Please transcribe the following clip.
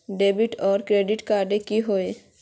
Debit आर credit card की होय?